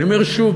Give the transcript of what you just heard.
אני אומר שוב,